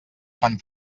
fan